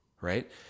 Right